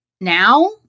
Now